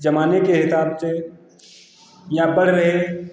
जमाने के हिसाब से या बढ़ रहे